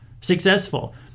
successful